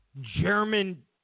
German